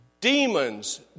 Demons